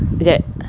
kejap